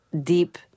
deep